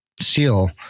seal